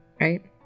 right